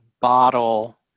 bottle